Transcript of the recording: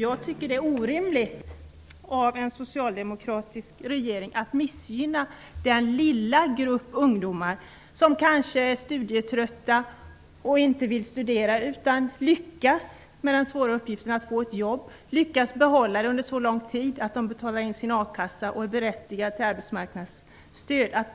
Jag tycker att det är orimligt av en socialdemokratisk regering att missgynna den lilla grupp ungdomar, som kanske är studietrötta och inte vill studera, och som lyckas med den svåra uppgiften att få ett jobb, och lyckas behålla det under så lång tid att de kan betala in till a-kassan och alltså är berättigade till arbetsmarknadsstöd. Jag